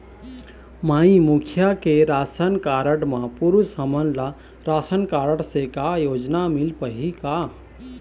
माई मुखिया के ration card म पुरुष हमन ला रासनकारड से का योजना मिल पाही का?